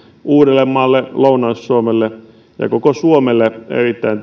uudellemaalle lounais suomelle ja koko suomelle erittäin